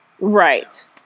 Right